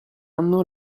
anno